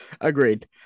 Agreed